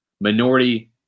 minority